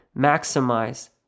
maximize